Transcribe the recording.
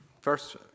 first